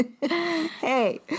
Hey